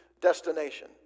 destination